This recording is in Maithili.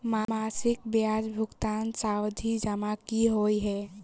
मासिक ब्याज भुगतान सावधि जमा की होइ है?